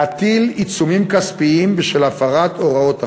להטיל עיצומים כספיים בשל הפרת הוראות החוק.